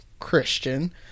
Christian